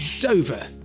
Dover